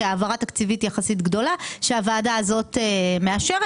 כהעברה תקציבית יחסית גדולה שהוועדה הזאת מאשרת.